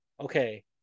okay